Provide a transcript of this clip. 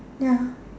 ya